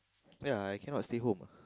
ya I cannot stay home